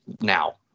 now